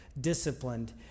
disciplined